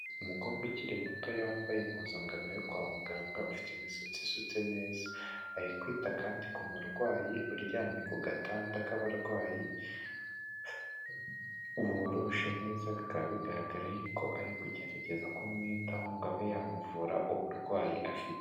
Umukobwa ukiri muto yambaye impuzangano yo kwa muganga ufite imisatsi isutse neza ari kwita kandi ku murwayi uryamye ku gatanda k'abarwayi boroshe neza bikaba bigaragara yuko ari kugerageza kumwitaho ngo abe yamuvura uburwayi afite.